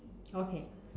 okay